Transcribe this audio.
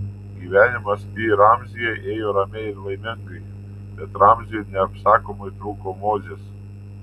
gyvenimas pi ramzyje ėjo ramiai ir laimingai bet ramziui neapsakomai trūko mozės